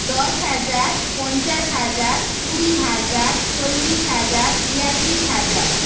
দশ হাজার পঞ্চাশ হাজার কুড়ি হাজার চল্লিশ হাজার বিয়াল্লিশ হাজার